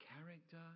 character